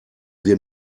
wir